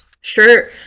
Sure